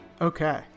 Okay